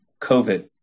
COVID